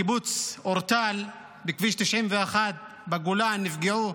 מקיבוץ אורטל בכביש 91 בגולן נפגעו,